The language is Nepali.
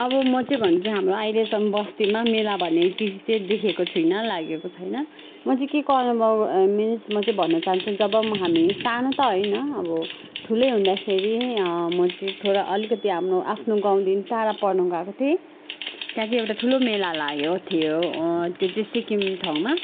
अब म चाहिँ भन्छु हाम्रो अहिलेसम्म बस्तीमा मेला भन्ने चिज चाहिँ देखेको छुइनँ लागेको छैन म चाहिँ के को अनुभव मिन्स म चाहिँ भन्न चाहन्छु जब हामी सानो त होइन अब ठुलै हुँदाखेरि म चाहिँ थोडा अलिकति हाम्रो आफ्नो गाउँदेखि टाडा पढ्नु गएको थिएँ त्यहाँ चाहिँ एउटा ठुलो मेला लागेको थियो त्यो चाहिँ सिक्किम ठाउँमा